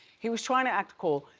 he was trying to act cool.